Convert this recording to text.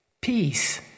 Peace